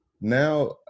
Now